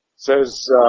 says